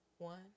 One